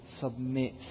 submit